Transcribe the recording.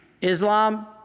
Islam